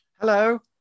Hello